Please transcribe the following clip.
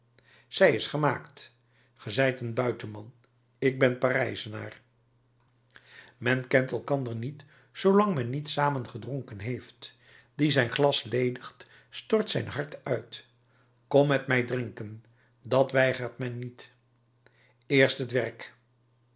zij is gemaakt ge zijt een buitenman ik ben parijzenaar men kent elkander niet zoolang men niet samen gedronken heeft die zijn glas ledigt stort zijn hart uit kom met mij drinken dat weigert men niet eerst het werk